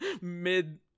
mid